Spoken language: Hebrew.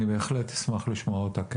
אני בהחלט אשמח לשמוע אותה.